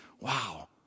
wow